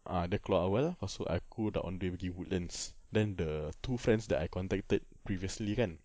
ah dah keluar awal lepas tu aku dah on the way pergi woodlands then the two friends that I contacted previously kan